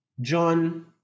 john